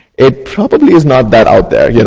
it probably is not that out there, yeah